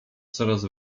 coraz